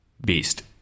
Beast